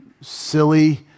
silly